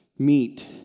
Meet